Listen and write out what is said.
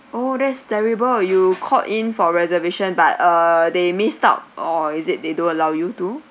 oh that's terrible you called in for reservation but uh they missed out or is it they don't allow you to